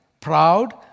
proud